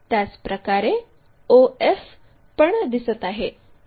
त्याचप्रकारे o f पण दिसत आहे